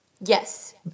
Yes